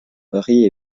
paris